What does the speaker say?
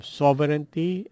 sovereignty